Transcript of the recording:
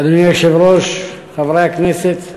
אדוני היושב-ראש, חברי הכנסת,